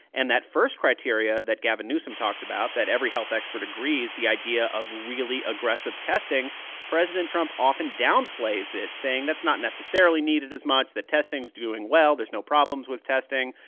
and that first criteria that gavin newsom talks about that every health expert agrees the idea of really aggressive testing president trump often downplays it, saying that's not necessarily needed as much, that testing's doing well, there's no problems with testing,